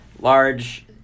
large